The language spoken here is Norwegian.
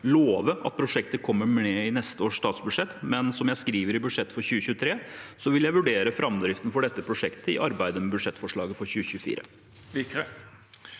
love at prosjektet kommer med i neste års statsbudsjett, men som jeg skriver i budsjettet for 2023, vil jeg vurdere framdriften for prosjektet i arbeidet med budsjettforslaget for 2024.